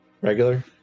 Regular